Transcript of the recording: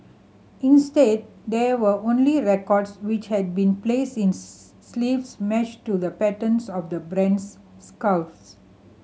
instead there were only records which had been placed in sleeves matched to the patterns of the brand's scarves